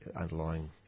underlying